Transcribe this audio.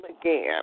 again